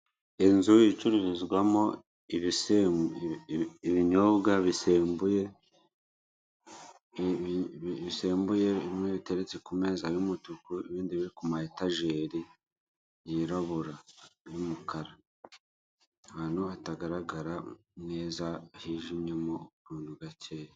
Inzu icururizwamo ibisembuye, ibinyobwa bisembuye, bimwe biteretse ku meza y'umutuku ibindi biteretse ku ma etajeri. yirabura y'aumukara. Ahantu hatagaragara neza hijimyemo ukuntu gakeya.